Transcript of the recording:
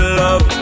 love